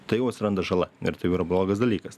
tai jau atsiranda žala ir tai jau yra blogas dalykas